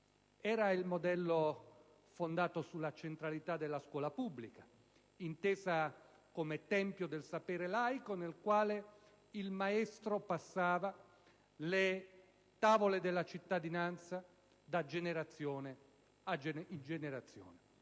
Era il modello fondato sulla centralità della scuola pubblica intesa come tempio del sapere laico nel quale il maestro tramandava le tavole della cittadinanza di generazione in generazione.